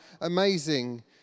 amazing